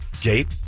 gate